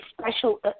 special